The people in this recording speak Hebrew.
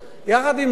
יחד עם זאת,